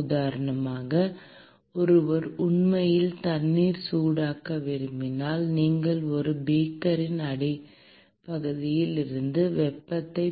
உதாரணமாக ஒருவர் உண்மையில் தண்ணீரை சூடாக்க விரும்பினால் நீங்கள் ஒரு பீக்கரின் அடிப்பகுதியில் இருந்து வெப்பத்தை